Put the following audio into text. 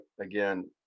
again